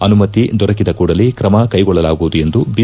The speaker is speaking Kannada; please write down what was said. ಅನುಮತಿ ದೊರಕಿದ ಕೂಡಲೇ ಕ್ರಮ ಕೈಗೊಳ್ಳಲಾಗುವುದು ಎಂದು ಐ